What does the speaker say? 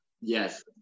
Yes